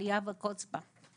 אבל אליה וקוץ בה.